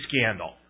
scandal